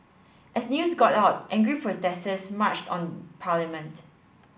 as news got out angry protesters marched on parliament